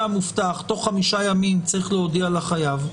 המובטח תוך 5 ימים צריך להודיע לחייב.